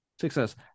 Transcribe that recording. success